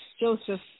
Joseph